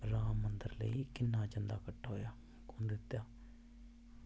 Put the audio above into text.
राम मंदिर लेई किन्ना चंदा किट्ठा होआ दित्ता